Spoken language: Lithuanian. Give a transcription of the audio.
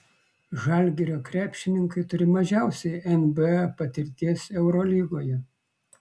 žalgirio krepšininkai turi mažiausiai nba patirties eurolygoje